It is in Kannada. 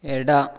ಎಡ